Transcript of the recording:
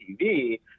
TV